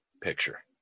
picture